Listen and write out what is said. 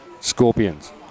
Scorpions